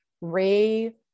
Ray